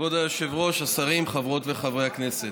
כבוד היושבת-ראש, השרים וחברי הכנסת,